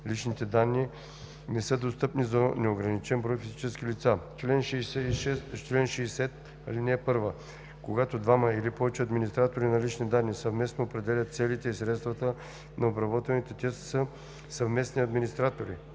личните данни не са достъпни за неограничен брой физически лица. Чл. 60. (1) Когато двама или повече администратори на лични данни съвместно определят целите и средствата на обработването, те са съвместни администратори.